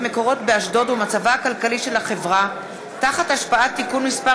מקורות באשדוד ומצבה הכלכלי של החברה תחת השפעת תיקון מס'